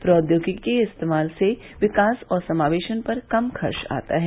प्रौद्योगिकी के इस्तेमाल से विकास और समावेशन पर कम खर्च आता है